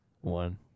one